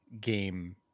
game